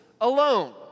alone